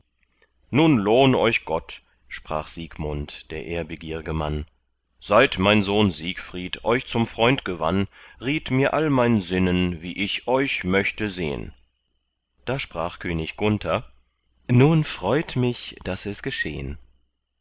nun lohn euch gott sprach siegmund der ehrbegierge mann seit mein sohn siegfried euch zum freund gewann riet mir all mein sinnen wie ich euch möchte sehn da sprach könig gunther nun freut mich daß es geschehn